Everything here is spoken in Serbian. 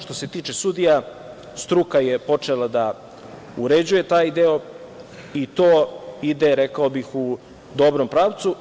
Što se tiče sudija, struka je počela da uređuje taj deo, i to ide, rekao bih, u dobrom pravcu.